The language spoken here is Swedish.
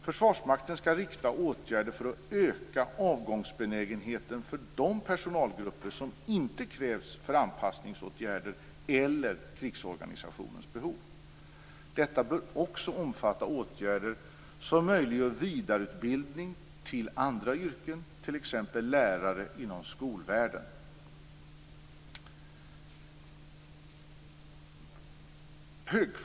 Försvarsmakten skall rikta åtgärder för att öka avgångsbenägenheten för de personalgrupper som inte krävs för anpassningsåtgärder eller för krigsorganisationens behov. Detta bör också omfatta åtgärder som möjliggör vidareutbildning till andra yrken, t.ex. lärare inom skolvärlden.